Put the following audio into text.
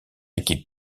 équipes